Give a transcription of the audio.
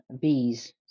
bees